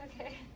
Okay